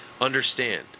understand